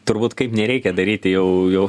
turbūt kaip nereikia daryti jau jau